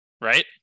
Right